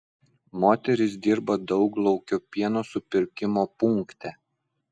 moteris dirba dauglaukio pieno supirkimo punkte